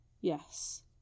Yes